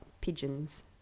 pigeons